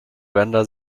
render